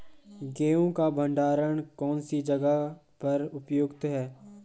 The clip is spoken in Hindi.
गेहूँ का भंडारण कौन सी जगह पर उपयुक्त है?